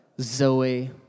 zoe